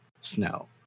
snow